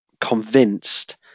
convinced